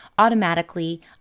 Automatically